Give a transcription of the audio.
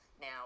now